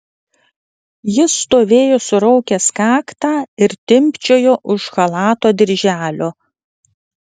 jis stovėjo suraukęs kaktą ir timpčiojo už chalato dirželio